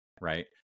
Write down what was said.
right